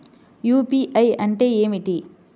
UPI అంటే ఏమిటి?